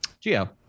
Geo